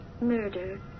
murder